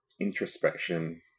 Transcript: introspection